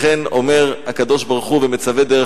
לכן אומר הקדוש-ברוך-הוא ומצווה דרך